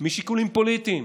משיקולים פוליטיים